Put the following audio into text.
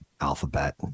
Alphabet